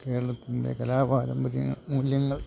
കേരളത്തിൻ്റെ കലാ പാരമ്പര്യങ്ങൾ മൂല്യങ്ങൾ